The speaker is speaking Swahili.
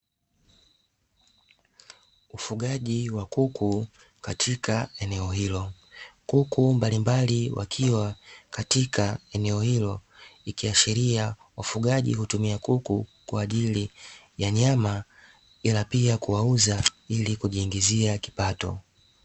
Ufugaji wa kuku katika eneo hilo kuku mbalimbali wakiwa katika eneo hili ikiashilia ufugaji kutumia kuku kwa ajili ya nyama ila pia kuwauza hili kujiingizia kipato.